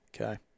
Okay